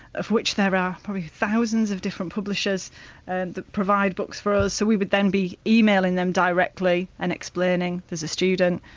of which there are probably thousands of different publishers and that provide books for us, so we would then be emailing them directly and explaining there's a student,